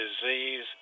disease